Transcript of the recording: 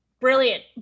Brilliant